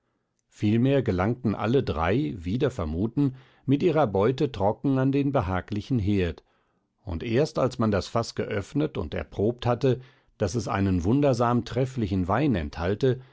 vielmehr gelangten alle drei wider vermuten mit ihrer beute trocken an den behaglichen herd und erst als man das faß geöffnet und erprobt hatte daß es einen wundersam trefflichen wein enthalte